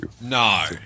No